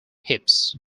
hips